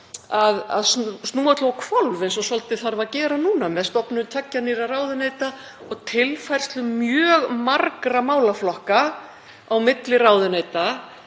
að snúa öllu á hvolf, eins og þarf svolítið að gera núna með stofnun tveggja nýrra ráðuneyta og tilfærslu mjög margra málaflokka á milli ráðuneyta,